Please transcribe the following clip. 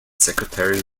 secretary